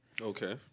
Okay